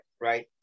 right